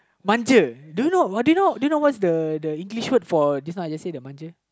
manja do you know do you know do you know what's the the English word for just now I say the manja